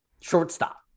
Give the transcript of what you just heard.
shortstop